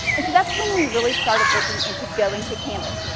and so that's when we really started looking into going to canvas.